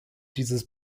dieses